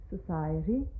society